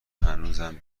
هنوزم